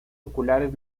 oculares